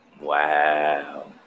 Wow